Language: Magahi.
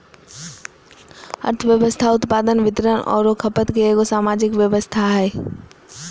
अर्थव्यवस्था उत्पादन, वितरण औरो खपत के एगो सामाजिक व्यवस्था हइ